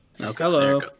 Hello